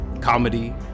comedy